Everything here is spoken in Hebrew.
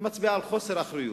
זה מצביע על חוסר אחריות,